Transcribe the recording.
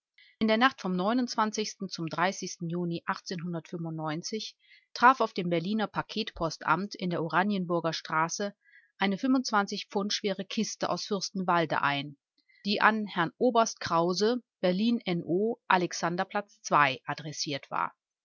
in der nacht vom zum juni traf auf dem berliner paketpostamt in der oranienburger straße eine pfund schwere kiste aus fürstenwalde ein die an herrn oberst krause berlin no alexanderplatz ii adressiert war